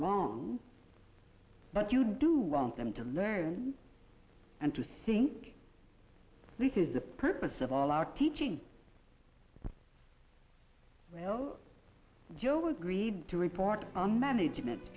wrong but you do want them to learn and to think this is the purpose of all our teaching well joe agreed to report on management